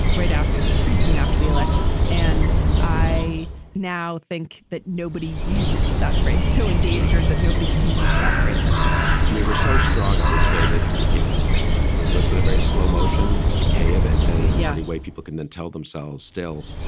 right after him pretty soon after the election. and i now think that nobody uses that phrase so endangered that nobody uses that phrase anymore i mean, we're so strong. i would say that it's you know, it's been a very slow motion decay of it. and yeah any way people can then tell themselves still,